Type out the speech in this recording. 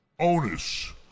Onus